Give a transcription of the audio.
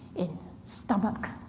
in stomach,